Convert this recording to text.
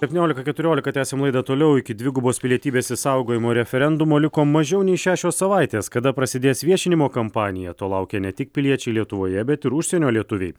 septyniolika keturiolika tęsiam laidą toliau iki dvigubos pilietybės išsaugojimo referendumo liko mažiau nei šešios savaitės kada prasidės viešinimo kampanija to laukia ne tik piliečiai lietuvoje bet ir užsienio lietuviai